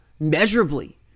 measurably